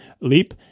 leap